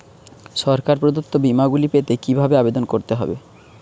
সরকার প্রদত্ত বিমা গুলি পেতে কিভাবে আবেদন করতে হবে?